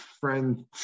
friend